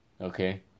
Okay